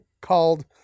called